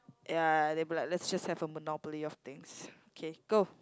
ya they'll be like let's just have a monopoly of things okay go